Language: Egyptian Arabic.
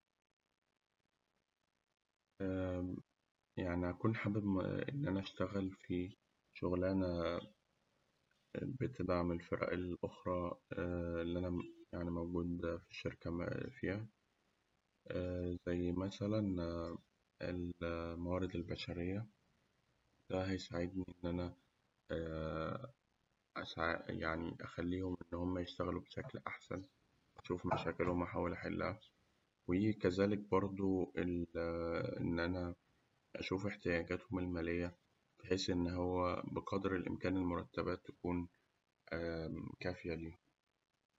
يعني هأكون حابب إن أنا أشتغل في شغلانة بتدعم الفرق الأخرى اللي أنا موجود في الشركة فيها زي مثلاً الموارد البشرية ده هيساعدني إن أنا أخليهم إن هم يشتغلوا بشكل أحسن أشوف مشاكلهم أحاول أحلها وكذلك برده ال إن أنا أشوف احتياجاتهم المالية بحيث إن هو بقدر الإمكان المرتبات تكون كافية ليهم.